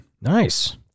Nice